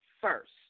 first